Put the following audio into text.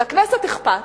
ולכנסת אכפת,